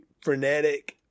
frenetic